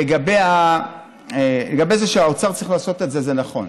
לגבי זה שהאוצר צריך לעשות את זה, זה נכון.